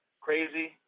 crazy